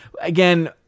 Again